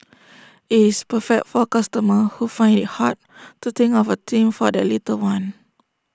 IT is perfect for customers who find IT hard to think of A theme for their little one